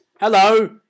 Hello